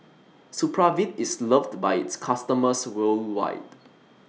Supravit IS loved By its customers worldwide